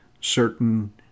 certain